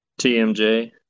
TMJ